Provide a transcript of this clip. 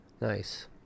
Nice